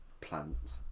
plants